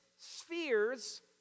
spheres